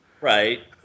Right